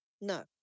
no